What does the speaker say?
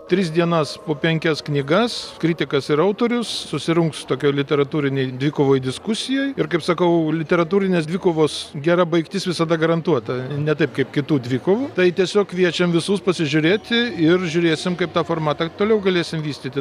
tris dienas po penkias knygas kritikas ir autorius susirungs tokio literatūrinėj dvikovoj diskusijoj ir kaip sakau literatūrinės dvikovos gera baigtis visada garantuota ne taip kaip kitų dvikovų tai tiesiog kviečiam visus pasižiūrėti ir žiūrėsim kaip tą formatą toliau galėsim vystyti